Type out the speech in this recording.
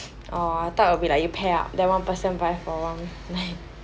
orh I thought it would be like you pair up then one person buy for one